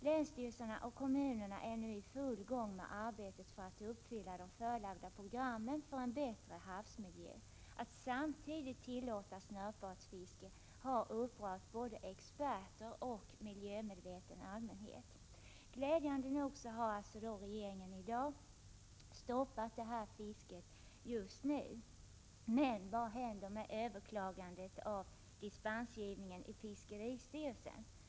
Länsstyrelserna och kommunerna är nu i full gång när det gäller arbetet med att förverkliga de program för en bättre havsmiljö som förelagts dem. Det faktum att man samtidigt tillåter snörpvadsfiske har upprört både experter och en miljömedveten allmänhet. Glädjande nog har dock regeringen i dag, som framgår av svaret, stoppat snörpvadsfiske just nu. Men vad händer med överklagandet av dispensgivningen i fiskeristyrelsen?